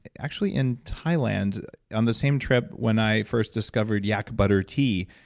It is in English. actually, in thailand on the same trip when i first discovered yak butter tea,